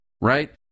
right